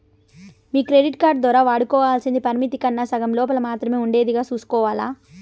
మీ credit card దోరా వాడుకోవల్సింది పరిమితి కన్నా సగం లోపల మాత్రమే ఉండేదిగా సూసుకోవాల్ల